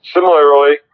Similarly